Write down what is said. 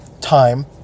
time